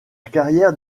carrière